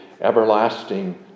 everlasting